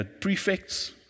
prefects